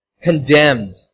condemned